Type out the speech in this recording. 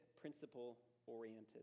principle-oriented